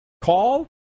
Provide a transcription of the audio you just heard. call